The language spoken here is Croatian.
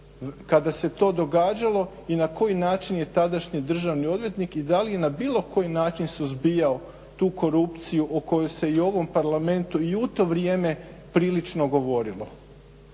kada se to događalo i na koji način je tadašnji državni odvjetnik i da li je na bilo koji način suzbijao tu korupciju o kojoj se i u ovom parlamentu i u to vrijeme prilično govorilo.